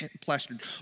plastered